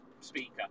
speaker